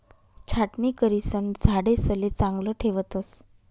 छाटणी करिसन झाडेसले चांगलं ठेवतस